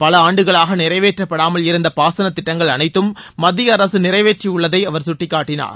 பல ஆண்டுகளாக நிறைவேற்றாபடாமல் இருந்த பாசன திட்டங்கள் அனைத்தும் மத்திய அரசு நிறைவேற்றியுள்ளதை அவர் சுட்டிக்காட்டினார்